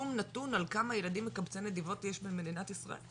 שום נתון על כמה ילדים מקבצי נדבות יש במדינת ישראל?